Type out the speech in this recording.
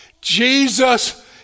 Jesus